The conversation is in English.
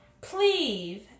Please